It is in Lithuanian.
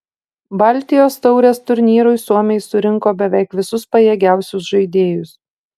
baltijos taurės turnyrui suomiai surinko beveik visus pajėgiausius žaidėjus